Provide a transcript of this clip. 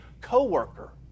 co-worker